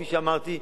כפי שאמרתי.